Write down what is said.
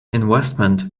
investment